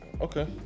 Okay